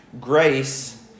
Grace